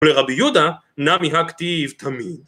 ‫ולרבי יהודה, נמי הא כתיב תמיד?